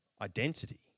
identity